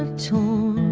um to